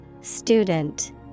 Student